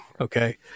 Okay